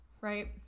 right